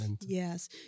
Yes